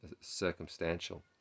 circumstantial